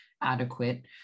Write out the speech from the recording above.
adequate